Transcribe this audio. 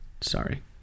Sorry